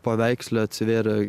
paveiksle atsivėrė